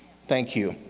thank you.